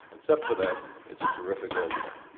except for that, it's a terrific idea.